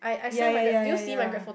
ya ya ya ya ya